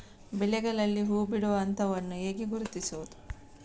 ಬೆಳೆಗಳಲ್ಲಿ ಹೂಬಿಡುವ ಹಂತವನ್ನು ಹೇಗೆ ಗುರುತಿಸುವುದು?